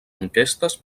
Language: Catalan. enquestes